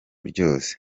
ryose